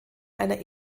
einer